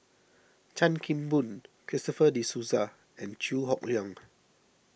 Chan Kim Boon Christopher De Souza and Chew Hock Leong